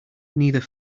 neither